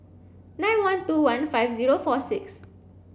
nine one two one five zero four six